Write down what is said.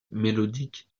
mélodique